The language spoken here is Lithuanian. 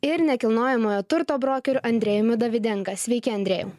ir nekilnojamojo turto brokeriu andrėjumi davidenga sveiki andrėjau